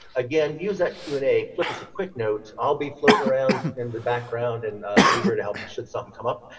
again use that q and a, flip us a quick note. i'll be floating around in the background and be here to help us should something come up,